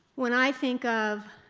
when i think of